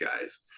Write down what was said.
guys